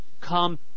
come